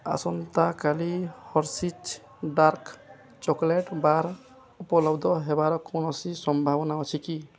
ଆସନ୍ତା କାଲି Hershey's dark chocolate bar ଉପଲବ୍ଧ ହେବାର କୌଣସି ସମ୍ଭାବନା ଅଛି କି